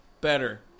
Better